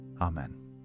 Amen